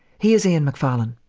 here's ian macfarlane.